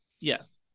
Yes